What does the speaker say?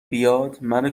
بیاد، منو